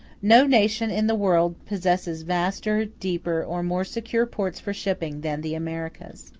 no nation in the world possesses vaster, deeper, or more secure ports for shipping than the americans.